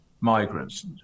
migrants